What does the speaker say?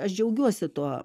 aš džiaugiuosi tuo